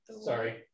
Sorry